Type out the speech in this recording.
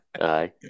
Aye